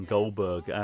Goldberg